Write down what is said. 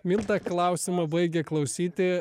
milda klausimą baigė klausyti